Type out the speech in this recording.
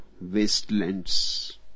wastelands